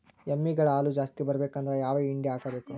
ಎಮ್ಮಿ ಗಳ ಹಾಲು ಜಾಸ್ತಿ ಬರಬೇಕಂದ್ರ ಯಾವ ಹಿಂಡಿ ಹಾಕಬೇಕು?